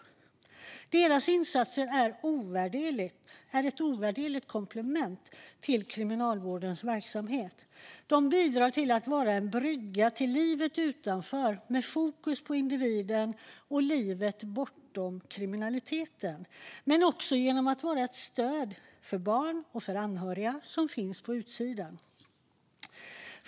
Deras insatser är ett ovärderligt komplement till kriminalvårdens verksamhet. De bildar en brygga till livet utanför med fokus på individen och livet bortom kriminaliteten, men de är också ett stöd för barn och anhöriga som finns på utsidan.